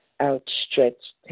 Outstretched